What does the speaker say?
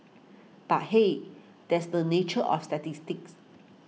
but hey that's the nature of statistics